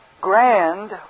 grand